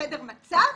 חדר המצב